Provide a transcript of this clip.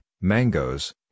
mangoes